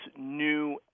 new